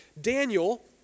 Daniel